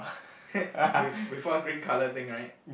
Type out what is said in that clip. with with one green colour thing right